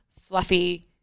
fluffy